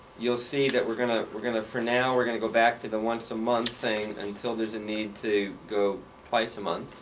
you'll see that we're going to we're going to for now we're going to go back to the once-a-month thing until there's a need to go twice a month.